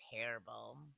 terrible